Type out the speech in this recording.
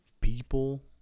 people